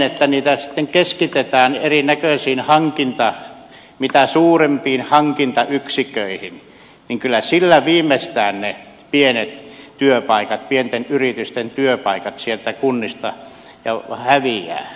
toiseksi niitä keskitetään erinäköisiin mitä suurimpiin hankintayksiköihin ja kyllä sillä viimeistään ne pienet työpaikat pienten yritysten työpaikat sieltä kunnista häviävät